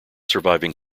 surviving